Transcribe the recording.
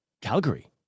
Calgary